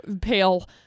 pale